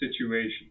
situation